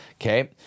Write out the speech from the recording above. okay